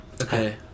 Okay